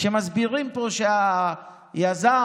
כשמסבירים פה שהיזם,